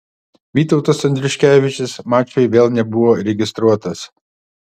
vytautas andriuškevičius mačui vėl nebuvo registruotas